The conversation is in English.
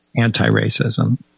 anti-racism